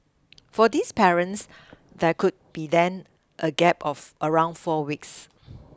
for these parents there could be then a gap of around four weeks